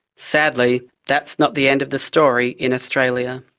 sadly that's not the end of the story in australia.